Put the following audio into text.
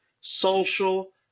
social